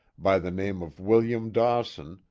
by the name of william dawson,